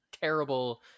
terrible